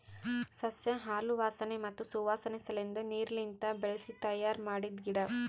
ಸಸ್ಯ ಹಾಲು ವಾಸನೆ ಮತ್ತ್ ಸುವಾಸನೆ ಸಲೆಂದ್ ನೀರ್ಲಿಂತ ಬೆಳಿಸಿ ತಯ್ಯಾರ ಮಾಡಿದ್ದ ಗಿಡ